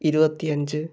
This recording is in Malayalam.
ഇരുപത്തിയഞ്ച്